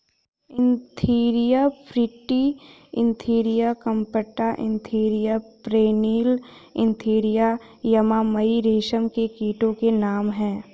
Antheraea frithi Antheraea compta Antheraea pernyi Antheraea yamamai रेशम के कीटो के नाम हैं